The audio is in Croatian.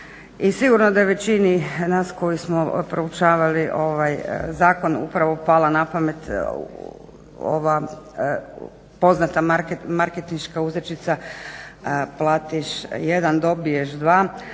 sigurno da je većini nas koji smo proučavali ovaj zakon upravo pala na pamet ova poznata marketinška uzrečica platiš 1, dobiješ 2,